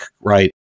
right